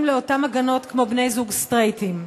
לאותן הגנות כמו בני-זוג סטרייטים,